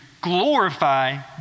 glorify